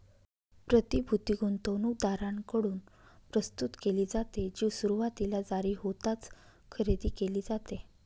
प्रतिभूती गुंतवणूकदारांकडून प्रस्तुत केली जाते, जी सुरुवातीला जारी होताच खरेदी केली जाते